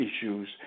issues